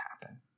happen